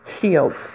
shields